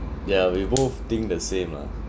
ya we both think the same lah